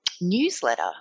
newsletter